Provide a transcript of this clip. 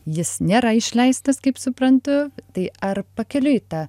jis nėra išleistas kaip suprantu tai ar pakeliui ta